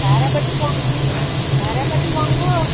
भाडा पनि मह भाडा पनि महँगो